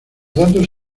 datos